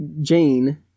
Jane